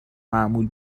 معمول